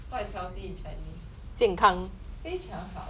what is healthy in chinese 非常好